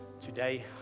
Today